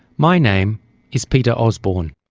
my name is peter osborne.